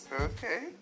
okay